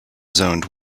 zoned